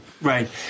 Right